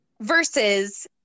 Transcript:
versus